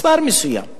מספר מסוים.